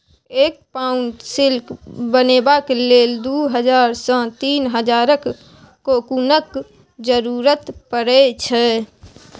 एक pound silk बनेबाक लेल दु हजार सँ तीन हजारक कोकुनक जरुरत परै छै